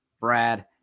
Brad